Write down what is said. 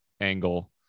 angle